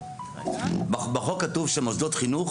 10(1). בחוק כתוב שמוסדות חינוך